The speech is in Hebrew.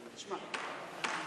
מה